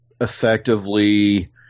effectively